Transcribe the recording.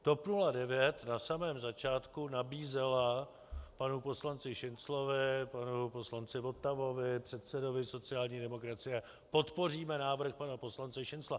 TOP 09 na samém začátku nabízela panu poslanci Šinclovi, panu poslanci Votavovi, předsedovi sociální demokracie, že podpoří návrh pana poslance Šincla.